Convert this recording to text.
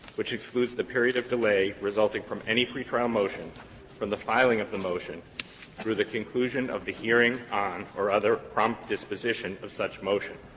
which excludes the period of delay resulting from any pretrial motion from the filing of the motion through the conclusion of the hearing on or other prompt disposition of such motion.